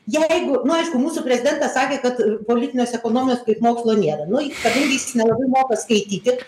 jeigu na aišku mūsų prezidentas sakė kad politinės ekonomijos kaip mokslo nėra nu kadangi jis nelabai moka skaityti